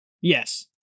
Yes